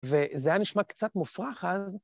וזה היה נשמע קצת מופרך אז.